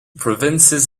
provinces